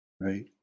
right